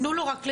תנו לו לדבר,